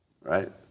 right